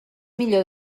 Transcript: millor